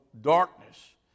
darkness